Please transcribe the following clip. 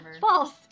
False